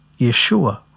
Yeshua